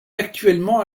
actuellement